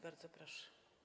Bardzo proszę.